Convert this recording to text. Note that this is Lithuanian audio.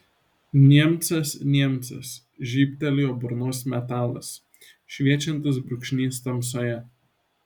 niemcas niemcas žybtelėjo burnos metalas šviečiantis brūkšnys tamsoje